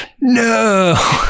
No